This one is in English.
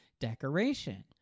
decoration